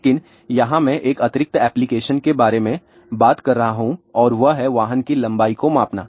लेकिन यहां मैं एक अतिरिक्त एप्लिकेशन के बारे में बात कर रहा हूं और वह है वाहन की लंबाई को मापना